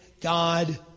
God